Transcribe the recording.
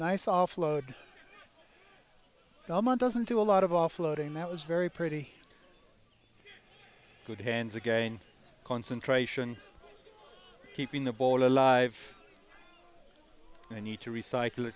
nice offload doesn't do a lot of offloading that was very pretty good hands again concentration keeping the ball alive and need to recycle